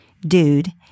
dude